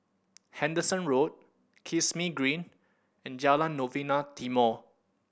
Henderson Road Kismis Green and Jalan Novena Timor